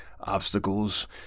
obstacles